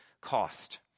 cost